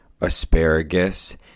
asparagus